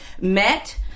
met